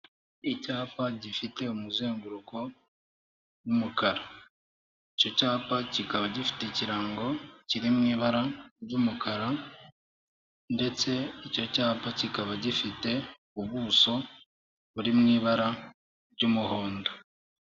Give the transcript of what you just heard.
Icyapa gifite umuzenguruko w'umukara. Icyo cyapa kikaba gifite ikirango kiri mu ibara ry'umukara, ndetse icyo cyapa kikaba gifite ubuso buri mu ibara ry'umuhondo.